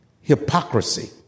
hypocrisy